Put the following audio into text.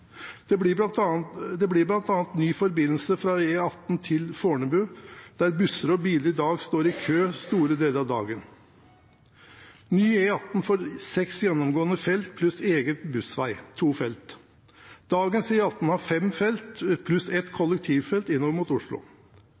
Det blir bl.a. ny forbindelse fra E18 til Fornebu, der busser og biler i dag står i kø store deler av dagen. Ny E18 får seks gjennomgående felt pluss egen tofelts bussvei. Dagens E18 har fem felt pluss ett kollektivfelt innover mot Oslo.